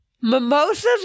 Mimosas